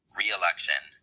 re-election